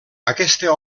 aquesta